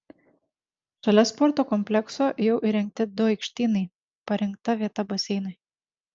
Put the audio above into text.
šalia sporto komplekso jau įrengti du aikštynai parinkta vieta baseinui